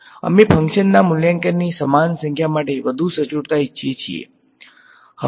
અમે ફંક્શનના મૂલ્યાંકનની સમાન સંખ્યા માટે વધુ સચોટતા ઇચ્છીએ છીએ